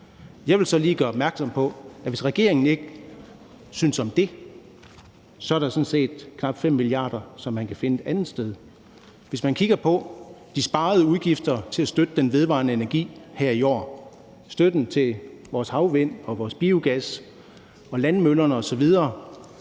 Jeg vil så lige gøre opmærksom på, at hvis regeringen ikke synes om det, så er der sådan set knap 5 mia. kr., som man kan finde et andet sted. Man kan kigge på de sparede udgifter til at støtte den vedvarende energi her i år. Støtten til vores havvind, vores biogas, landmøllerne osv.